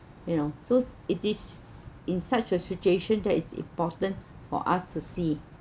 you know so it is in such a situation that is important for us to see